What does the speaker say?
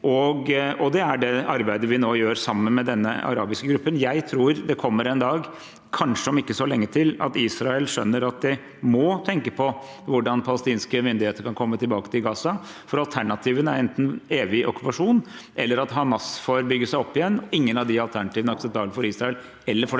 Det er det arbeidet vi nå gjør sammen med denne arabiske gruppen. Jeg tror det kommer en dag, kanskje om ikke så lenge, hvor Israel skjønner at de må tenke på hvordan palestinske myndigheter kan komme tilbake til Gaza, for alternativene er enten evig okkupasjon, eller at Hamas får bygget seg opp igjen. Ingen av de alternativene er akseptable for Israel, eller for meg